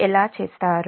ఎలా చేస్తారు